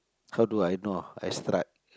how do I know ah I stra~